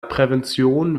prävention